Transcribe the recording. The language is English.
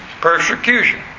persecution